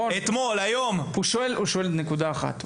הוא שואל בנקודה אחת.